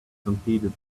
stampeded